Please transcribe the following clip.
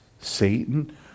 Satan